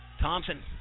Thompson